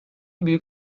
büyük